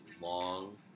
long